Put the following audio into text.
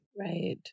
Right